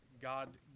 God